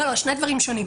אלה שני דברים שונים.